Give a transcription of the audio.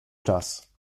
czas